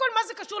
תסתכלי.